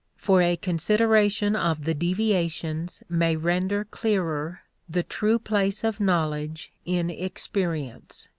for a consideration of the deviations may render clearer the true place of knowledge in experience.